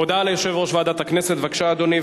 הודעה ליושב-ראש ועדת הכנסת, בבקשה, אדוני.